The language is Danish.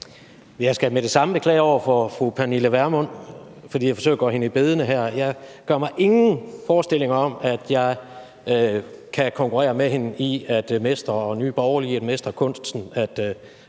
Jeg skal med det samme beklage over for fru Pernille Vermund, at jeg forsøger at gå hende i bedene her. Jeg gør mig ingen forestillinger om, at jeg kan konkurrere med hende og Nye Borgerlige i at mestre kunsten at